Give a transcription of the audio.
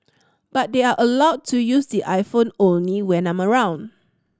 but they are allowed to use the iPhone only when I'm around